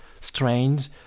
strange